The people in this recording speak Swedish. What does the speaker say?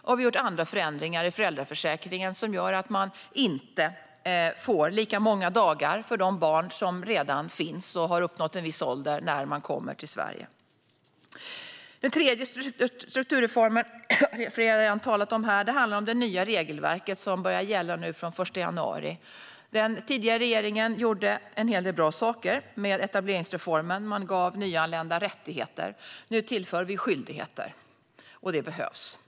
Vi har gjort andra förändringar i föräldraförsäkringen som gör att man inte får lika många dagar för de barn som redan finns och som har uppnått en viss ålder när man kommer till Sverige. Den tredje strukturreformen, som flera redan har talat om här, handlar om det nya regelverk som börjar gälla den 1 januari. Den tidigare regeringen gjorde en hel del bra saker med etableringsreformen. Man gav nyanlända rättigheter. Nu tillför vi skyldigheter, och det behövs.